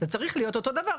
זה צריך להיות אותו דבר,